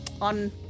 on